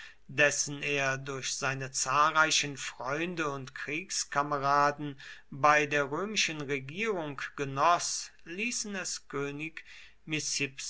dessen er durch seine zahlreichen freunde und kriegskameraden bei der römischen regierung genoß ließen es könig